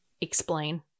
explain